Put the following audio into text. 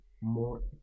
more